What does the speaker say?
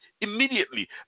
immediately